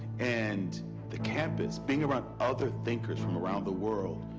and the campus, being around other thinkers from around the world,